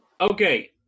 Okay